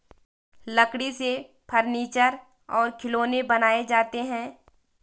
लकड़ी से फर्नीचर और खिलौनें बनाये जाते हैं